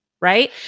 Right